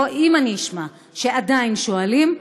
אם אני אשמע שעדיין שואלים,